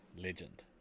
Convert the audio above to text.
Legend